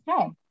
okay